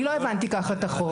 אני לא הבנתי כך את החוק.